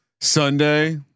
Sunday